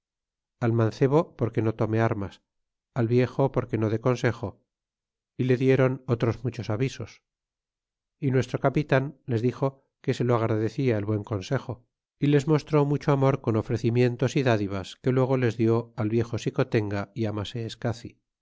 al mancebo porque no tome armas al viejo porque no dé consejo y le dieron otros muchos avisos y nuestro capitan les dixo que se lo agradecia el buen consejo y les mostró mucho amor con ofrecimientos y dádivas que luego les dió al viejo xicotenga y al maseescaci